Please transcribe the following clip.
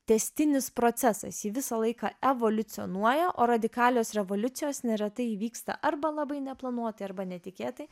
tęstinis procesas ji visą laiką evoliucionuoja o radikalios revoliucijos neretai įvyksta arba labai neplanuotai arba netikėtai